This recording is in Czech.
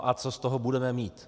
A co z toho budeme mít?